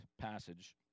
passage